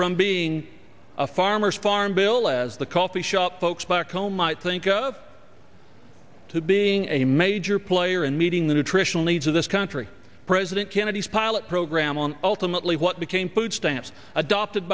from being a farmer's farm bill as the coffee shop folks back home i think up to being a major player and meeting the nutritional needs of this country president kennedy's pilot program on ultimately what became food stamps adopted